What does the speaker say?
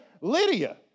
Lydia